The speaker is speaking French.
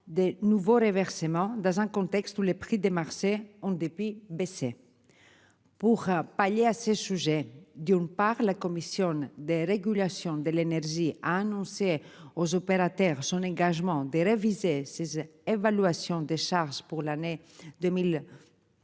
des nouveaux reversement dans un contexte où les prix des marchés en dépit baissait. Pourra pallier à ces sujets d'une part, la Commission de régulation de l'énergie a annoncé aux opérateurs son engagement de réviser ses évaluations des charges pour l'année 2023